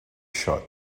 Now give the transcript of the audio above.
shot